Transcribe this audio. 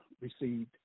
received